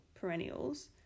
perennials